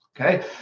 Okay